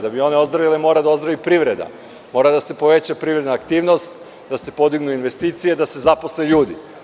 Da bi one ozdravile mora da ozdravi privreda, mora da se poveća privredna aktivnost, da se podignu investicije, da se zaposle ljudi.